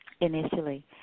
initially